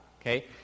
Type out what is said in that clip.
okay